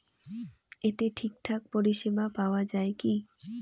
এতে ঠিকঠাক পরিষেবা পাওয়া য়ায় কি?